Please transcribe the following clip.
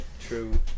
True